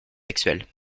sexuels